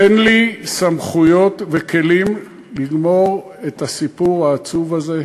תן לי סמכויות וכלים לגמור את הסיפור העצוב הזה,